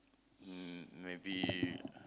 um maybe